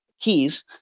keys